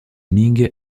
ming